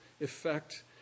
effect